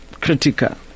Critical